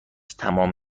تمام